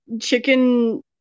chicken